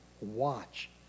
watch